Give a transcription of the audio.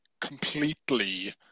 completely